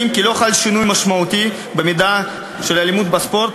כי לא חל שינוי משמעותי במידת האלימות בספורט,